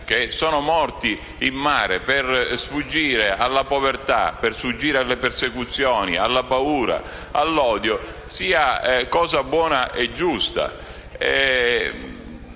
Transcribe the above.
persone morte in mare per sfuggire alla povertà, alle persecuzioni, alla paura e all'odio, sia cosa buona e giusta.